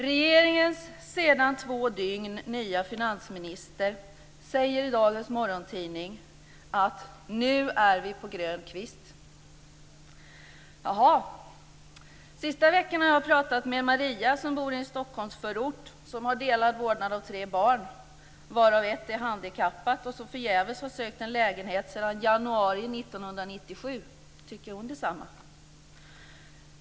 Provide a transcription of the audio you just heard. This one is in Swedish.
Regeringens sedan två dygn nya finansminister säger i dagens morgontidning: Nu är vi på grön kvist. Under den senaste veckan har jag pratat med Maria som bor i en Stockholmsförort. Hon har delad vårdnad om tre barn, varav ett är handikappat. Maria har förgäves sökt en lägenhet sedan januari 1997. Tycker hon detsamma?